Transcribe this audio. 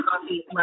coffee